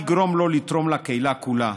נוכל לגרום לו לתרום לקהילה כולה.